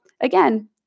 again